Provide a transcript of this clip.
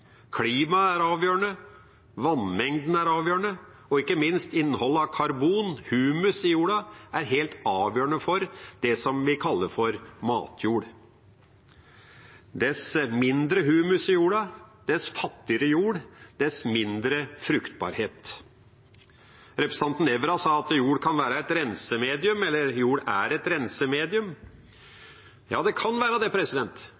Klimaet er avgjørende, vannmengden er avgjørende, og – ikke minst – innholdet av karbon og humus i jorda er helt avgjørende for det som vi kaller matjord. Dess mindre humus i jorda, dess fattigere jord, dess mindre fruktbarhet. Representanten Nævra sa at jord kan være et rensemedium, eller at jord er et rensemedium. Ja, det